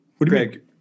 Greg